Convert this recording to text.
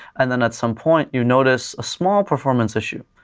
and then at some point you notice a small performance issue,